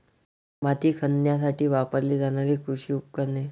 माती खणण्यासाठी वापरली जाणारी कृषी उपकरणे